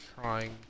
trying